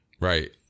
Right